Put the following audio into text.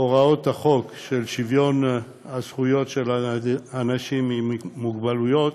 הוראות החוק של שוויון זכויות לאנשים עם מוגבלויות